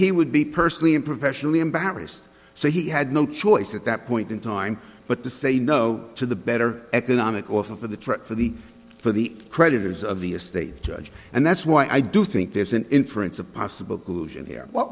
he would be personally and professionally embarrassed so he had no choice at that point in time but to say no to the better economic offer for the trip for the for the creditors of the estate judge and that's why i do think there's an inference of possible collusion here w